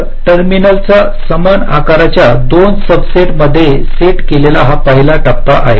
तर टर्मिनलसचा समान आकाराच्या 2 सब सेटमध्ये सेट केलेला हा पहिला टप्पा आहे